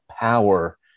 power